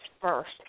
first